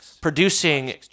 producing